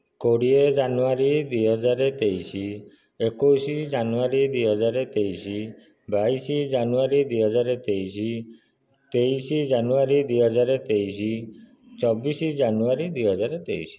କୋଡ଼ିଏ ଜାନୁଆରୀ ଦୁଇ ହଜାରେ ତେଇଶ ଏକୋଇଶ ଜାନୁଆରୀ ଦୁଇ ହଜାରେ ତେଇଶ ବାଇଶ ଜାନୁଆରୀ ଦୁଇ ହଜାରେ ତେଇଶ ତେଇଶ ଜାନୁଆରୀ ଦୁଇ ହଜାରେ ତେଇଶ ଚବିଶ ଜାନୁଆରୀ ଦୁଇ ହଜାରେ ତେଇଶ